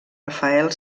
rafael